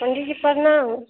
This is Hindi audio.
पंडित जी प्रनाम